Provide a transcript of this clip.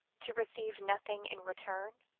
to receive nothing in return?